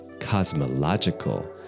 cosmological